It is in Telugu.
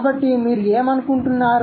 కాబట్టి మీరు ఏం అనుకుంటున్నారు